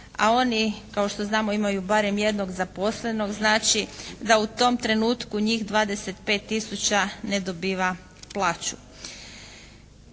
a oni kao što znamo imaju barem jednog zaposlenog. Znači, da u tom trenutku njih 25000 ne dobiva plaću.